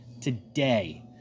today